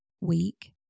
week